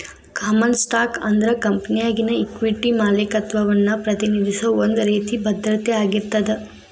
common stock ಅಂದ್ರ ಕಂಪೆನಿಯಾಗಿನ equity ಮಾಲೇಕತ್ವವನ್ನ ಪ್ರತಿನಿಧಿಸೋ ಒಂದ್ ರೇತಿ ಭದ್ರತೆ ಆಗಿರ್ತದ